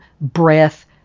breath